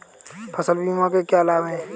फसल बीमा के क्या लाभ हैं?